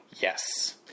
Yes